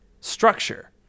structure